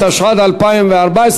התשע"ד 2014,